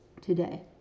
today